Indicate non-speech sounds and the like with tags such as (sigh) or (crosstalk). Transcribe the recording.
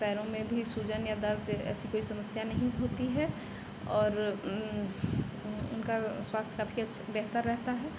पैरों में भी सूज़न या दर्द ऐसी कोई समस्या नहीं होती है और उनका स्वास्थ्य का (unintelligible) काफ़ी बेहतर रहता है